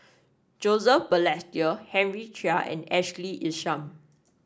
Joseph Balestier Henry Chia and Ashley Isham